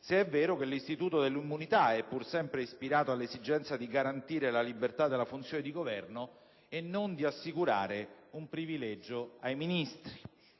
se è vero che l'istituto dell'immunità è pur sempre ispirato all'esigenza di garantire la libertà della funzione di governo, e non di assicurare un privilegio ai Ministri.